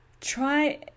Try